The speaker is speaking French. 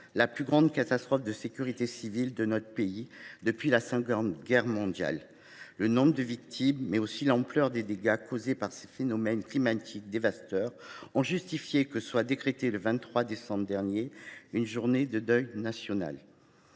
la plus grande catastrophe de sécurité civile dans notre pays depuis la Seconde Guerre mondiale. Le nombre de victimes, mais aussi l’ampleur des dégâts causés par ce phénomène climatique dévastateur ont justifié que soit décrétée, le 23 décembre dernier, une journée de deuil national.